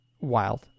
wild